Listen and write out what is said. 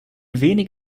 wenig